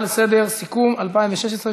סיכום 2016,